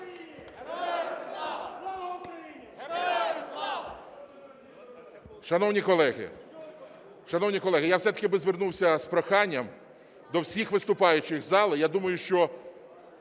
Шановні колеги, я все-таки би звернувся з проханням до всіх виступаючих у залі, я думаю, що